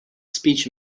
speech